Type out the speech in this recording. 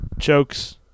chokes